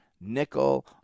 nickel